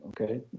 okay